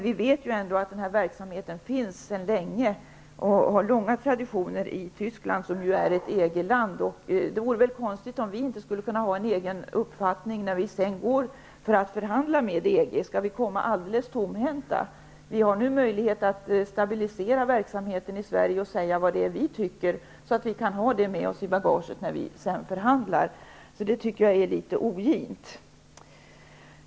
Vi vet att verksamheten sedan länge finns och att den har långa traditioner i Tyskland, som också är ett EG land. Det vore konstigt om inte vi skulle kunna ha en egen uppfattning när vi förhandlar med EG. Skall vi komma alldeles tomhänta? Det tycker jag är litet ogint. Vi har ju nu möjlighet till att stabilisera verksamheten i Sverige och att säga vad vi tycker, för att kunna ha med det i bagaget när vi förhandlar med EG.